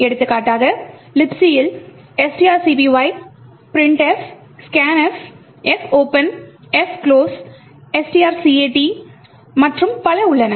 எடுத்துக்காட்டாக Libc இல் strcpy printf scanf fopen fclose strcat மற்றும் பல உள்ளன